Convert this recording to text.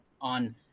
on